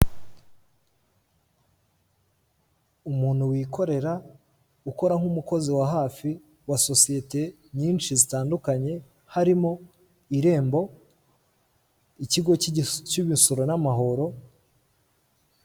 Umuntu wikorera ukora nk'umukozi wa hafi wa sosiyete nyinshi zitandukanye harimo irembo, ikigo cy'imisoro n'amahoro.